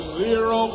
zero